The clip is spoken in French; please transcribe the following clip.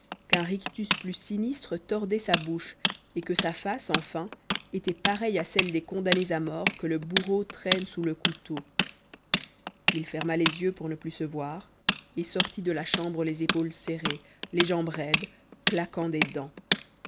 rictus plus sinistre tordait sa bouche et que sa face enfin était pareille à celle des condamnés à mort que le bourreau traîne sous le couteau il ferma les yeux pour ne plus se voir et sortit de la chambre les épaules serrées les jambes raides claquant des dents